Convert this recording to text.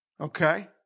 Okay